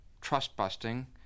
trust-busting